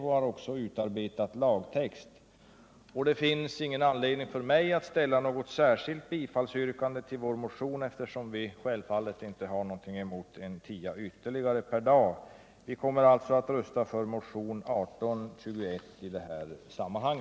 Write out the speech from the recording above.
och har även utarbetat lagtext. Det finns ingen anledning för mig att ställa något särskilt yrkande om bifall till vår motion, eftersom vi självfallet inte har något emot ytterligare en tia per dag. Vi kommer alltså att rösta på motionen 1821 i detta sammanhang.